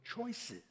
choices